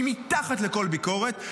היא מתחת לכל ביקורת.